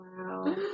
wow